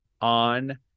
on